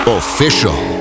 official